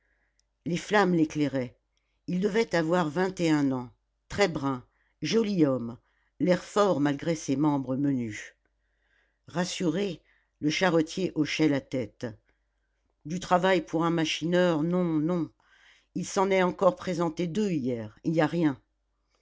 les flammes l'éclairaient il devait avoir vingt et un ans très brun joli homme l'air fort malgré ses membres menus rassuré le charretier hochait la tête du travail pour un machineur non non il s'en est encore présenté deux hier il n'y a rien